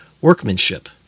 workmanship